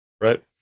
Right